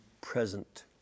present